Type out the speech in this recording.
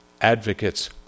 advocates